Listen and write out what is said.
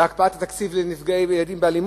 והקפאת התקציב לילדים שנפגעים מאלימות?